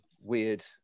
weird